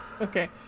Okay